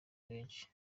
benshi